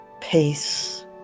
peace